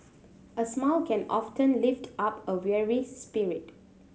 a smile can often lift up a weary spirit